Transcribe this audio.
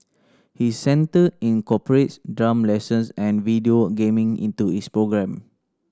his centre incorporates drum lessons and video gaming into its programme